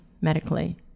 medically